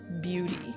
beauty